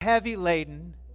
heavy-laden